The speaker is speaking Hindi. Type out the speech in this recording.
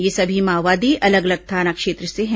ये सभी माओवादी अलग अलग थाना क्षेत्र से हैं